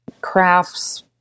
crafts